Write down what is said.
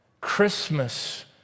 Christmas